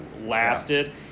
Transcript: lasted